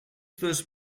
first